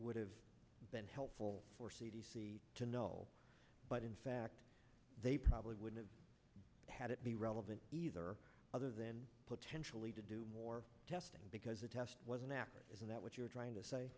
would have been helpful for c d c to know but in fact they probably would have had it be relevant either other than potentially to do more testing because the test was inaccurate is that what you're trying to say